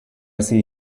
see